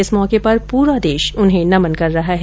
इस मौके पर पूरा देश उन्हें नमन कर रहा है